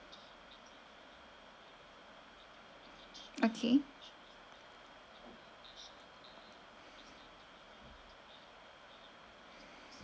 okay